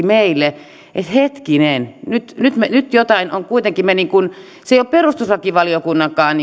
meille että hetkinen nyt jotain on kuitenkin me niin kuin se ei ole perustuslakivaliokunnankaan